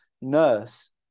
nurse